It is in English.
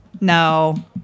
No